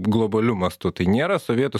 globaliu mastu tai nėra sovietų